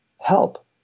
help